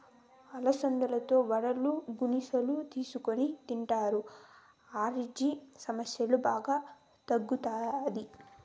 అలసందలతో వడలు, గుగ్గిళ్ళు చేసుకొని తింటారు, అజీర్తి సమస్య బాగా తగ్గుతాది